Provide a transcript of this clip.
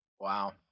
Wow